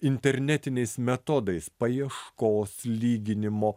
internetiniais metodais paieškos lyginimo